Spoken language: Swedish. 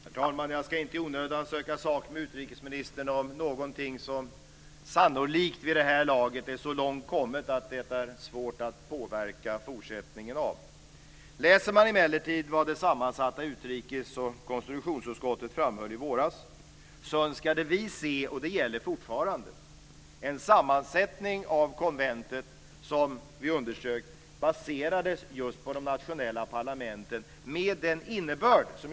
Herr talman! Jag ska inte i onödan söka sak med utrikesministern om någonting som vid det här laget sannolikt är så långt kommet att det är svårt att påverka fortsättningen av. Det sammansatta utrikes och konstitutionsutskottet framhöll emellertid i våras - och det gäller fortfarande - att vi önskade se en sammansättning av konventet som, vilket vi underströk, baserades just på de nationella parlamenten.